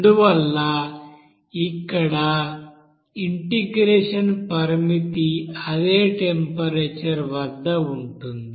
అందువల్ల ఇక్కడ ఇంటిగ్రేషన్ పరిమితి అదే టెంపరేచర్ వద్ద ఉంటుంది